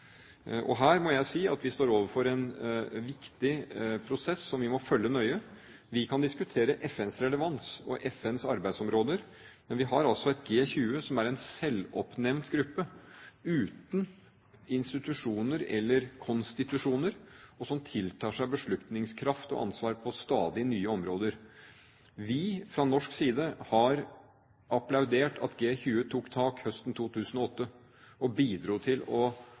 arbeidsår. Her må jeg si at vi står overfor en viktig prosess som vi må følge nøye. Vi kan diskutere FNs relevans og FNs arbeidsområder, men vi har altså et G20, som er en selvoppnevnt gruppe uten institusjoner eller konstitusjoner, og som tiltar seg beslutningskraft og ansvar på stadig nye områder. Vi fra norsk side har applaudert at G20 tok tak høsten 2008 og bidro til